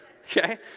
Okay